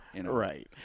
Right